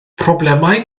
problemau